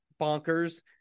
bonkers